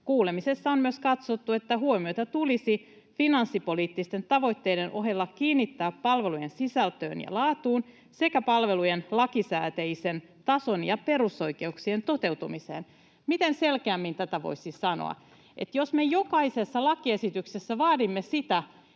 Kuulemisessa on myös katsottu, että huomiota tulisi finanssipoliittisten tavoitteiden ohella kiinnittää palvelujen sisältöön ja laatuun sekä palvelujen lakisääteisen tason ja perusoikeuksien toteutumiseen.” Miten selkeämmin tätä voisi sanoa? Eli jos me jokaisessa lakiesityksessä vaadimme, että